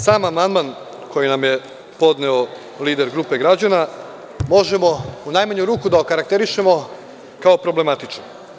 Sam amandman koji nam je podneo lider grupe građana možemo u najmanju ruku da okarakterišemo kao problematičan.